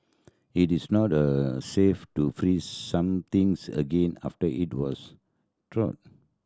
it is not safe to freeze somethings again after it was